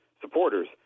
supporters